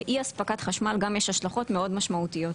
לאי אספקת חשמל יש השלכות מאוד משמעותיות,